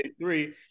three